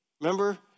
Remember